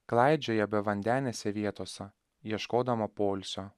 klaidžioja bevandenėse vietose ieškodama poilsio